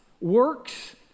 works